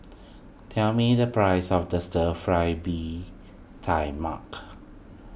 tell me the price of the Stir Fry Bee Tai Mak